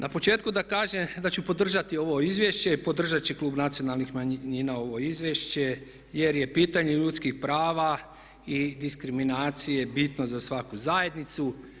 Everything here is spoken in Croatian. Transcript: Na početku da kažem da ću podržati ovo izvješće i podržat će Klub nacionalnih manjina ovo izvješće jer je pitanje ljudskih prava i diskriminacije bitno za svaku zajednicu.